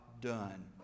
done